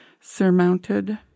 surmounted